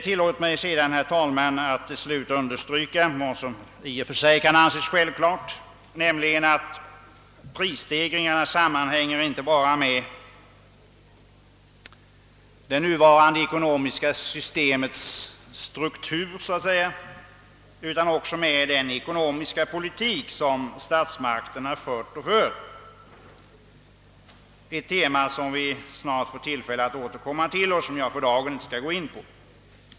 Tillåt mig sedan, herr talman, till slut understryka vad som i och för sig kan anses självklart, nämligen att prisstegringarna sammanhänger inte bara med det nuvarande ekonomiska systemets struktur utan också med den ekonomiska politik som statsmakterna har fört och för, ett tema som vi snart får tillfälle att återkomma till och som jag för dagen inte skall gå in på.